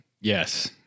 yes